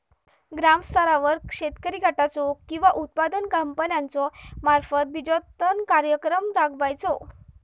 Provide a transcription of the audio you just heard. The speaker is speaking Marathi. ग्रामस्तरावर शेतकरी गटाचो किंवा उत्पादक कंपन्याचो मार्फत बिजोत्पादन कार्यक्रम राबायचो?